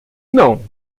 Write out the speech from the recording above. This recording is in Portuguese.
não